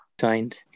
signed